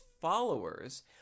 followers